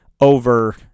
over